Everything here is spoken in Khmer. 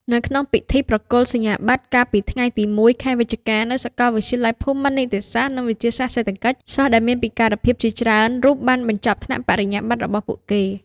នៅក្នុងពិធីប្រគល់សញ្ញាបត្រកាលពីថ្ងៃទី ១ ខែវិច្ឆិកានៅសាកលវិទ្យាល័យភូមិន្ទនីតិសាស្ត្រនិងវិទ្យាសាស្ត្រសេដ្ឋកិច្ច សិស្សដែលមានពិការភាពជាច្រើនរូបបានបញ្ចប់ថ្នាក់បរិញ្ញាបត្ររបស់ពួកគេ។